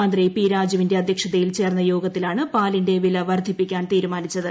മന്ത്രി പി രാജുവിന്റെ അധ്യക്ഷതയിൽ ചേർന്ന യോഗത്തിലാണ് പാലിന്റെ വില വർദ്ധിപ്പിക്കാൻ തീരുമാനിച്ചത്